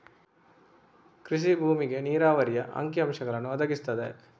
ಕೃಷಿ ಭೂಮಿಗೆ ನೀರಾವರಿಯ ಅಂಕಿ ಅಂಶಗಳನ್ನು ಒದಗಿಸುತ್ತದೆ